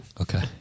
Okay